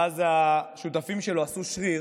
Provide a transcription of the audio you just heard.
ואז השותפים שלו עשו שריר